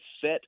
set